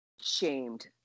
shamed